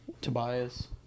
Tobias